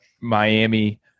Miami